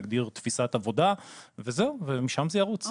נגדיר תפיסת עבודה ומשם זה ירוץ.